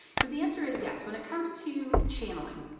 because the answer is yes. when it comes to channeling,